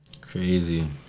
crazy